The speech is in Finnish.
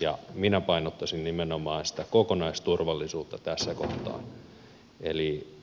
ja minä painottaisin nimenomaan sitä kokonaisturvallisuutta tässä kohtaa eli